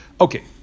Okay